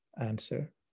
answer